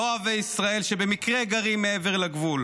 לא אוהבי ישראל, שבמקרה גרים מעבר לגבול.